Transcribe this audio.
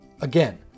Again